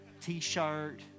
t-shirt